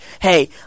hey